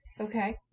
Okay